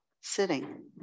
sitting